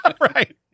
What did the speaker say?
Right